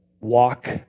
walk